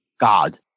God